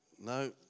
No